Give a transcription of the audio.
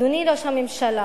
אדוני ראש הממשלה,